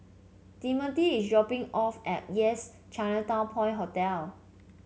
Timothy is dropping off at Yes Chinatown Point Hotel